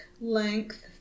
length